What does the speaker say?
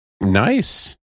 nice